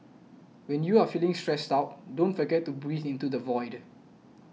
when you are feeling stressed out don't forget to breathe into the void